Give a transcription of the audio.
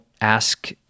ask